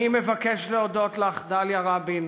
אני מבקש להודות לך, דליה רבין,